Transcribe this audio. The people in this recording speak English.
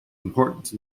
importance